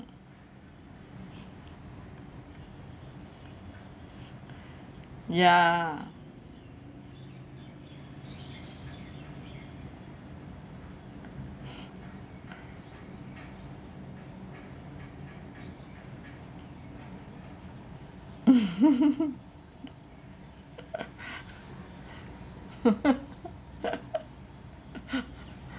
ya